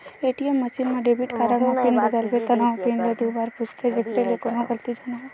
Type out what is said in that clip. ATM machine म debit card म PIN बदलबे त नवा पिन ल दू बार पूछथे जेखर ले कोनो गलती झन होवय